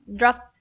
drop